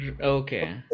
Okay